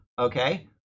okay